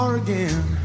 again